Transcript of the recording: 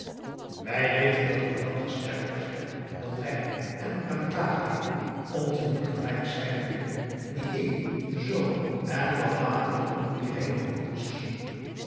wij weten dat de blanda's sterker zijn dan wij en prentah geven om te doen gelijk zij het willen de een z en wat later een ander weer heelemaal anders